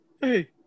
hey